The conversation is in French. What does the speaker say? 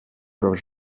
doivent